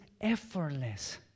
effortless